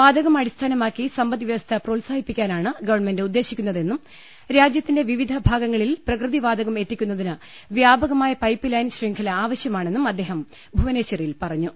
വാതകം അടിസ്ഥാനമാക്കി സമ്പദ്വൃവസ്ഥ പ്രോത്സാഹിപ്പിക്കാനാണ് ഗവൺമെന്റ് ഉദ്ദേശിക്കു ന്നതെന്നും രാജ്യത്തിന്റെ വിവിധ ഭാഗങ്ങളിൽ പ്രകൃതി വാതകം എത്തിക്കുന്നതിന് വ്യാപകമായ പൈപ്പ് ലൈൻ ശൃംഖല ആവശ്യമാ ണെന്നും അദ്ദേഹം ഭുവനേശ്വരിൽ പറഞ്ഞു